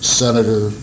senator